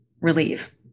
relief